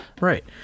Right